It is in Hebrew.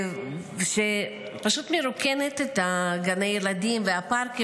שפשוט מרוקנת את גני הילדים והפארקים.